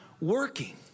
working